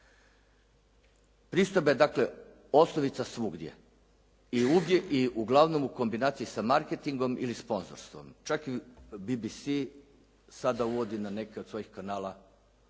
Pristojba je dakle osnovica svugdje i uglavnom u kombinaciji sa marketingom ili sponzorstvom. Čak i BBC sada uvodi na neke od svojih kanala